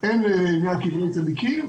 אין לעניין קברי צדיקים.